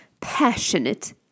passionate